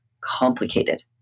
complicated